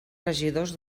regidors